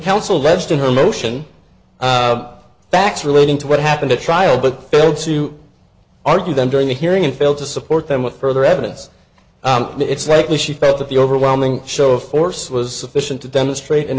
counsel register her motion facts relating to what happened at trial but failed to argue them during the hearing and failed to support them with further evidence it's likely she felt that the overwhelming show of force was sufficient to demonstrate an